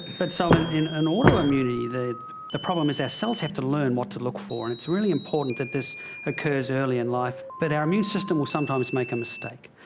but so in in an autoimmunity the the problem is our cells have to learn what to look for, and it's really important that this occurs early in life. but our immune system will sometimes make a mistake.